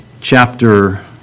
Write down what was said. chapter